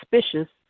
suspicious